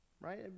right